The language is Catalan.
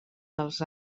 dels